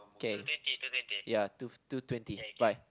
okay ya two two twenty bye